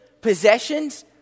Possessions